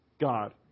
God